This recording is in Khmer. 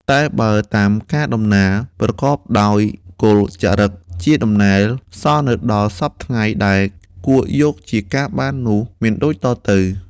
តែបើតាមការដំណាល ប្រកបដោយគោលចារឹកជាដំណែល សល់នៅដល់សព្វថ្ងៃដែលគួរយកជាការបាននោះ មានដូចតទៅ។